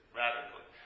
radically